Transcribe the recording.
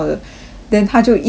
then 他就一直在找